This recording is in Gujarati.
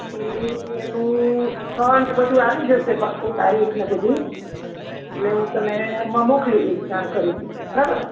એનું સ્થળ ને બધું આવી જશે પાક્કું તારીખ ને બધુંય એટલે હું તને મોકલી દઈશ જાણ કરીને બરાબર